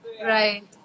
Right